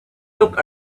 look